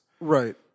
Right